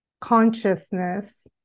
consciousness